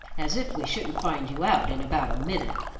as if we shouldn't find you out in about a minute!